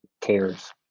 Cares